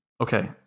Okay